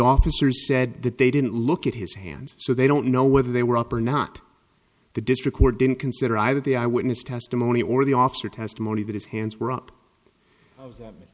officers said that they didn't look at his hands so they don't know whether they were up or not the district court didn't consider either the eyewitness testimony or the officer testimony that his hands were